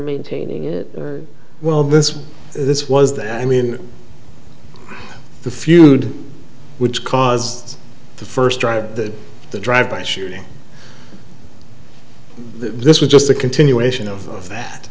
maintaining it well this this was the i mean the feud which caused the first drive to the drive by shooting this was just a continuation of that